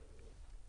בבקשה.